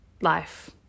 life